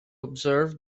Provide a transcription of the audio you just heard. observe